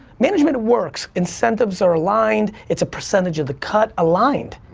management works, incentives are aligned, it's a percentage of the cut aligned.